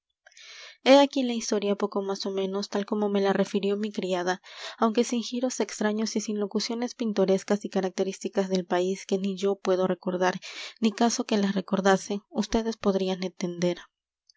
he aquí la historia poco más ó menos tal como me la refirió mi criada aunque sin giros extraños y sin locuciones pintorescas y características del país que ni yo puedo recordar ni caso que las recordase ustedes podrían entender